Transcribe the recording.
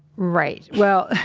right. well,